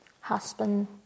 husband